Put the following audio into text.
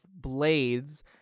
blades